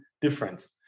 difference